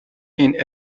این